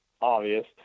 obvious